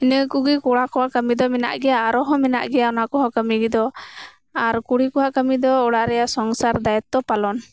ᱤᱱᱟᱹᱠᱩᱜᱤ ᱠᱚᱲᱟ ᱠᱚᱣᱟᱜ ᱠᱟᱹᱢᱤᱫᱚ ᱢᱮᱱᱟᱜ ᱜᱮᱭᱟ ᱟᱨ ᱦᱚᱸ ᱢᱮᱱᱟᱜ ᱜᱮᱭᱟ ᱚᱱᱟᱠᱚᱦᱚᱸ ᱠᱟᱹᱢᱤᱫᱚ ᱟᱨ ᱠᱩᱲᱤ ᱠᱚᱣᱟᱜ ᱠᱟᱹᱢᱤᱫᱚ ᱚᱲᱟᱜ ᱨᱮᱭᱟᱜ ᱥᱚᱝᱥᱟᱨ ᱫᱟᱭᱤᱛᱚ ᱯᱟᱞᱚᱱ